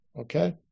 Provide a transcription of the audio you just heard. okay